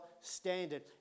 standard